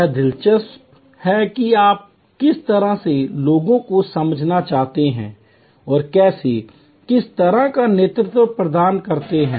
यह दिलचस्प है कि आप किस तरह के लोगों को समझना चाहते हैं और कैसे किस तरह का नेतृत्व प्रदान करते हैं